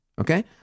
Okay